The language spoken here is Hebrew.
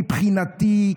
מבחינתי,